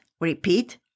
Repeat